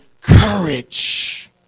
courage